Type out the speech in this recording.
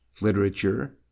literature